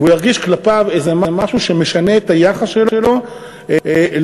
הוא ירגיש כלפיו איזה משהו שמשנה את היחס שלו אל המיעוטים.